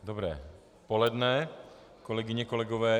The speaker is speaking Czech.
Dobré poledne, kolegyně, kolegové.